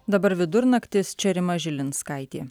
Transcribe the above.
dabar vidurnaktis čia rima žilinskaitė